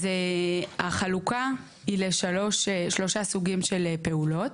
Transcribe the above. אז החלוקה היא לשלושה סוגים של פעולות.